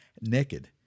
Naked